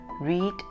Read